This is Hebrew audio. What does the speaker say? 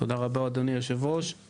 תודה רבה, אדוני היושב-ראש.